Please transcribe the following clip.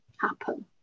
happen